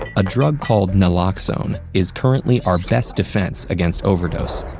a drug called naloxone is currently our best defense against overdose.